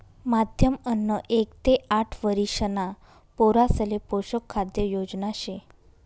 माध्यम अन्न एक ते आठ वरिषणा पोरासले पोषक खाद्य योजना शे